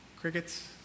Crickets